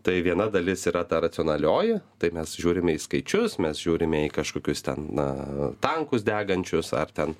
tai viena dalis yra ta racionalioji tai mes žiūrime į skaičius mes žiūrime į kažkokius ten na tankus degančius ar ten